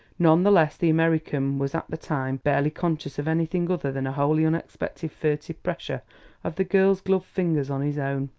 none the less the american was at the time barely conscious of anything other than a wholly unexpected furtive pressure of the girl's gloved fingers on his own.